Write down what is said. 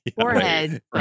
forehead